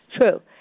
True